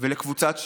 לקבוצת שטראוס,